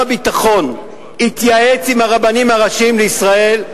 הביטחון התייעץ עם הרבנים הראשיים לישראל,